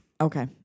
okay